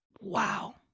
Wow